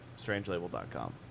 Strangelabel.com